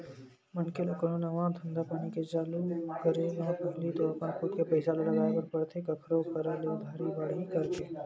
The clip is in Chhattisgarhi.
मनखे ल कोनो नवा धंधापानी के चालू करे म पहिली तो अपन खुद के पइसा ल लगाय बर परथे कखरो करा ले उधारी बाड़ही करके